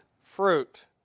fruit